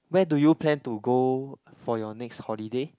where do you plan to go for your next holiday